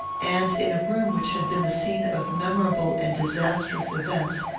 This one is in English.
and in a room which had been the scene of memorable and disastrous events,